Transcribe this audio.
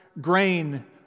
grain